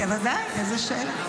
--- בוודאי, איזו שאלה.